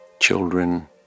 Children